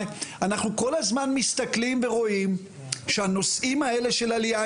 אנחנו כל הזמן מסתכלים ורואים שהנושאים האלה של עלייה,